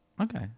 Okay